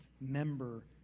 member